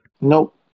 nope